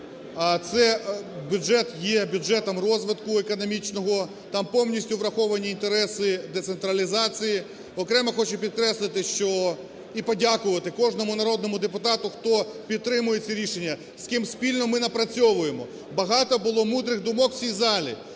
цей бюджет є бюджетом розвитку економічного. Там повністю враховані інтереси децентралізації. Окремо хочу підкреслити, що… і подякувати кожному народному депутату, хто підтримує ці рішення, з ким спільно ми напрацьовуємо. Багато було мудрих думок в цій залі.